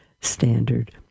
Standard